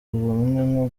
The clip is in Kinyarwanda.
ubumwe